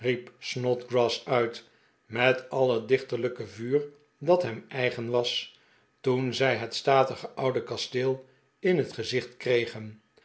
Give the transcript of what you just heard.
snodgrass uit met al het dichterlijke vuur dat hem eigen was toen zij het statige oude kasteel in het gezicht kregen